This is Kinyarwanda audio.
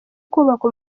kubaka